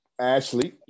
Ashley